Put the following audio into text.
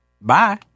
Bye